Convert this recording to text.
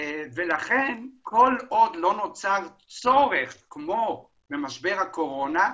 לכן, כל עוד לא נוצר צורך כמו במשבר הקורונה,